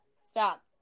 Stop